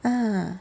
ah